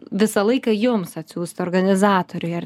visą laiką jums atsiųst organizatoriui ar